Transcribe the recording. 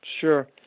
Sure